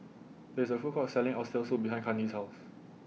There IS A Food Court Selling Oxtail Soup behind Kandi's House